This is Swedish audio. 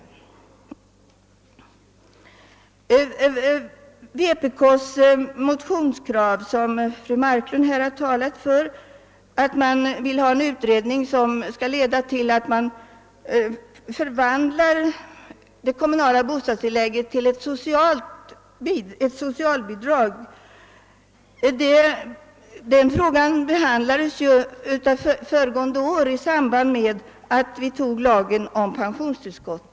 Vänsterpartiet kommunisternas motionskrav, som fru Marklund här har talat för, nämligen att det skall tillsättas en utredning, som skall leda till att man förvandlar det kommunala bostadstilllägget till ett socialbidrag, behandlades ju föregående år i samband med att vi antog lagen om pensionstillskott.